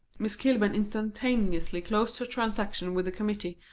miss kilburn instantaneously closed her transaction with the committee,